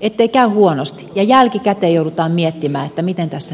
ettei käy huonosti ja jälkikäteen jouduta miettimään miten tässä nyt kävi